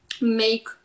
make